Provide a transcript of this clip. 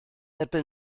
erbyn